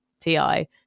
ti